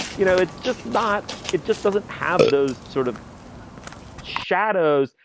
you know, it's just not it just doesn't have those sort of shadows.